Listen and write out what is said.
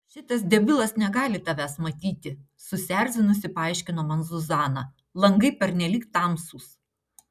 šitas debilas negali tavęs matyti susierzinusi paaiškino man zuzana langai pernelyg tamsūs